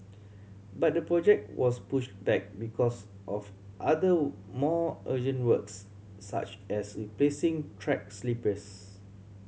but the project was pushed back because of other more urgent works such as replacing track sleepers